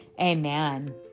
amen